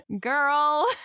girl